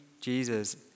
Jesus